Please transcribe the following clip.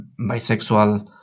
bisexual